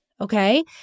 Okay